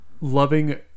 loving